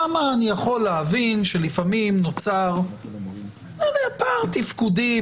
שם אני יכול להבין שלפעמים נוצר פער תפקודי.